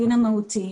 המחלוקות.